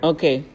Okay